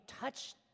touched